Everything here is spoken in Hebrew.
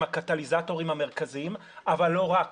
הם הקטליזטורים המרכזיים אבל לא רק.